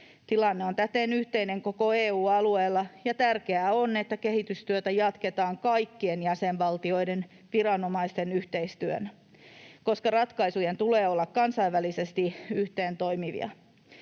Tilanne on täten yhteinen koko EU-alueella, ja tärkeää on, että kehitystyötä jatketaan kaikkien jäsenvaltioiden viranomaisten yhteistyönä, koska ratkaisujen tulee olla kansainvälisesti yhteen toimivia.